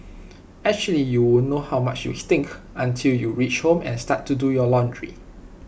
actually you won't know how much you stink until you reach home and start to do your laundry